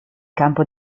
campo